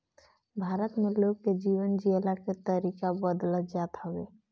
भारत में लोग के जीवन जियला के तरीका बदलत जात हवे